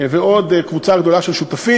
ארגון אמני ישראל ועוד קבוצה גדולה של שותפים,